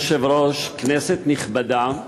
אדוני היושב-ראש, כנסת נכבדה,